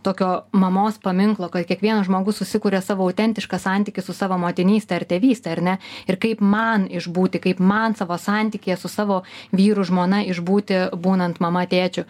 tokio mamos paminklo kad kiekvienas žmogus susikuria savo autentišką santykį su savo motinyste ar tėvyste ar ne ir kaip man išbūti kaip man savo santykyje su savo vyru žmona išbūti būnant mama tėčiu